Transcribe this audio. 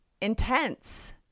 intense